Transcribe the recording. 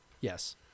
Yes